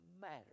matter